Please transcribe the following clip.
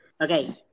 Okay